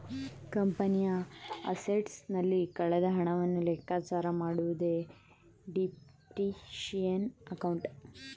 ಕಂಪನಿಯ ಅಸೆಟ್ಸ್ ನಲ್ಲಿ ಕಳೆದ ಹಣವನ್ನು ಲೆಕ್ಕಚಾರ ಮಾಡುವುದೇ ಡಿಪ್ರಿಸಿಯೇಶನ್ ಅಕೌಂಟ್